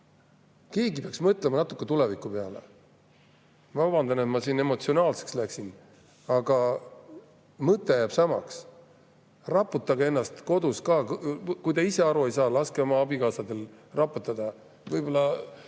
Keegi peaks mõtlema natuke tuleviku peale. Ma vabandan, et ma siin emotsionaalseks läksin, aga mõte jääb samaks. Raputage ennast kodus ka. Kui te ise aru ei saa, laske oma abikaasal raputada. Võib-olla